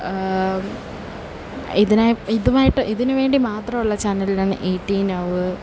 ഇതിനായി ഇതുമായിട്ട് ഇതിന് വേണ്ടി മാത്രമുള്ള ചാനലിനാണ് ഈ ടി നൗവ്